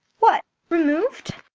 what, remov'd?